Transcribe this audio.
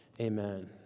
amen